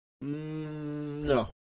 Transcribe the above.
No